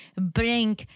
bring